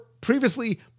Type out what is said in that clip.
previously